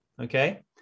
Okay